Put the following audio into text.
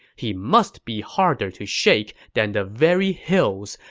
he must be harder to shake than the very hills,